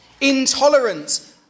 Intolerant